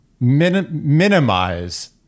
minimize